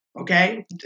Okay